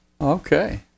Okay